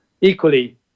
Equally